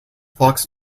fox